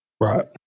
Right